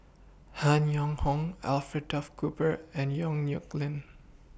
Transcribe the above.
Han Yong Hong Alfred Duff Cooper and Yong Nyuk Lin